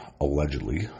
allegedly